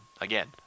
again